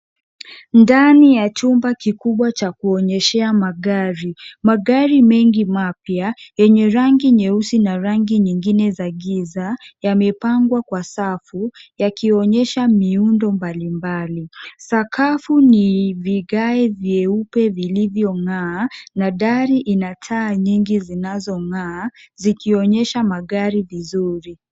Ndani ya chumba kikubwa cha kuonyeshea magari. Magari mengi mapya yenye rangi nyeusi na rangi nyingine za giza yamepangwa kwa safu yakionyesha miundo mbalimbali. Sakafu ni vigae vyeupe vilivyong'aa na dari ina taa nyingi zinazong'aa zikionyesha magari vizuri.